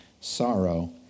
sorrow